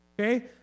okay